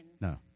No